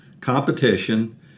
competition